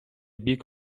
бік